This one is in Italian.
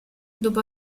dopo